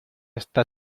esta